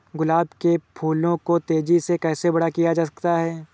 गुलाब के फूलों को तेजी से कैसे बड़ा किया जा सकता है?